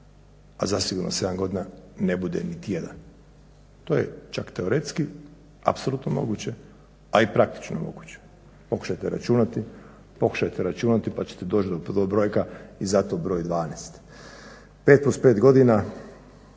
a zasigurno sedam godna ne bude niti jedan. To je čak teoretski apsolutno moguće, a i praktično moguće. Pokušajte računati, pokušajte računati pa ćete doći do brojka i zato broj 12. Pet plus pet godina,